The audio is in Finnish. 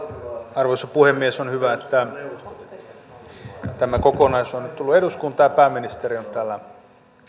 arvoisa puhemies on hyvä että tämä kokonaisuus on nyt tullut eduskuntaan ja pääministeri on täällä